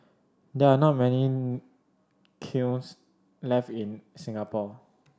there are not many kilns left in Singapore